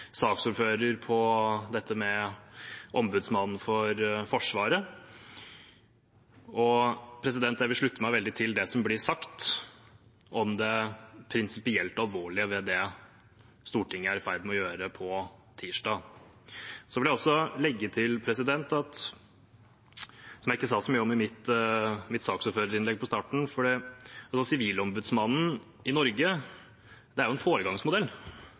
saksordfører for dette med Ombudsmannen for Forsvaret. Jeg vil slutte meg veldig til det som blir sagt om det prinsipielt alvorlige ved det Stortinget er i ferd med å gjøre på tirsdag. Så vil jeg også legge til, som jeg ikke sa så mye om i mitt saksordførerinnlegg på starten, at Sivilombudsmannen i Norge er en foregangsmodell